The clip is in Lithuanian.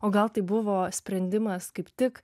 o gal tai buvo sprendimas kaip tik